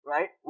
Right